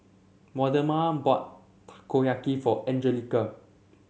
Waldemar bought Takoyaki for Angelica